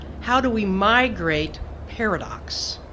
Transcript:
how do we migrate paradox?